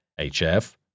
HF